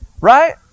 Right